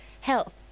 health